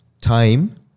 time